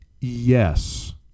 yes